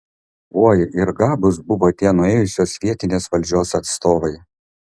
oi ir gabūs buvo tie nuėjusios vietinės valdžios atstovai